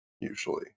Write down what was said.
usually